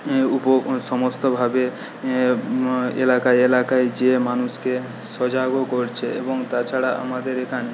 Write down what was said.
সমস্ত ভাবে এলাকায় এলাকায় যেয়ে মানুষকে সজাগও করছে এবং তাছাড়া আমাদের এখানে